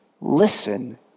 listen